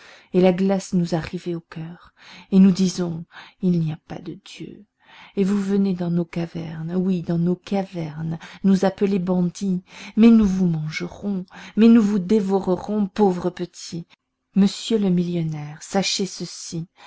et la glace nous arriver au coeur et nous disons il n'y a pas de dieu et vous venez dans nos cavernes oui dans nos cavernes nous appeler bandits mais nous vous mangerons mais nous vous dévorerons pauvres petits monsieur le millionnaire sachez ceci